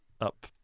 up